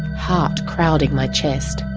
heart crowding my chest.